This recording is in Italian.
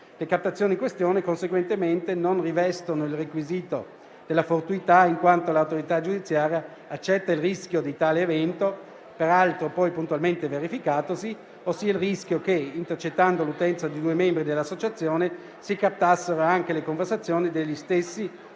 Le captazioni in questione conseguentemente non rivestono il requisito della fortuità, in quanto l'autorità giudiziaria accetta il rischio di tale evento, peraltro poi puntualmente verificatosi, ossia il rischio che, intercettando l'utenza di due membri dell'associazione, si captassero anche le conversazioni degli stessi